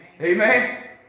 Amen